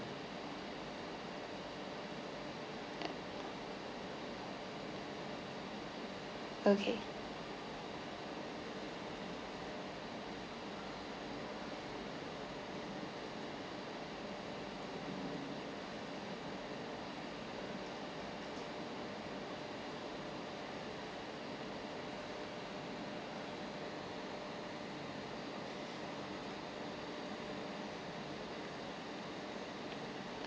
okay